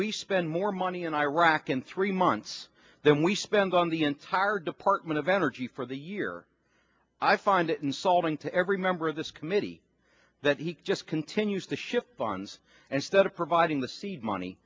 we spend more money in iraq in three months than we spend on the entire department of energy for the year i find it insulting to every member of this committee that he just continues to shift funds and stead of providing the seed money